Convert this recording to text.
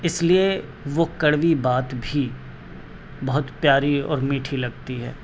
اس لیے وہ کڑوی بات بھی بہت پیاری اور میٹھی لگتی ہے